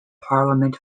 parliament